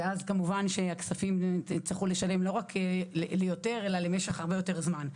ואז כמובן לא רק שיצרכו לשלם יותר כסף אלא למשך הרבה יותר זמן.